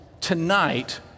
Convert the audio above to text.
tonight